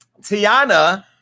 Tiana